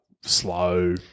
slow